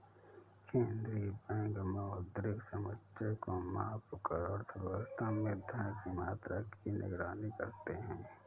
केंद्रीय बैंक मौद्रिक समुच्चय को मापकर अर्थव्यवस्था में धन की मात्रा की निगरानी करते हैं